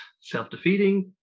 self-defeating